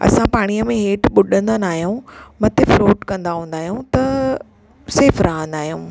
असां पाणीअ में हेठि बुॾंदा न आहियूं मथे फ्लोट कंदा हूंदा आहियूं त सेफ रहंदा आहियूं